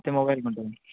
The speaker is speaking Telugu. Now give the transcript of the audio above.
ప్రతి మొబైల్కు ఉంటుంది